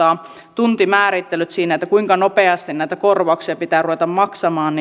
tuntimäärittelyt siinä kuinka nopeasti näitä korvauksia pitää ruveta maksamaan